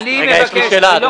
אני מבקש --- יש לי שאלה, אדוני.